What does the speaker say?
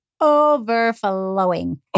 overflowing